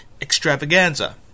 extravaganza